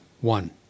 one